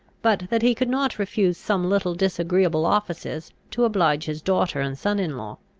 but that he could not refuse some little disagreeable offices to oblige his daughter and son-in-law.